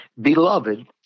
Beloved